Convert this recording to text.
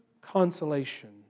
consolation